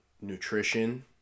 nutrition